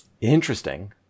Interesting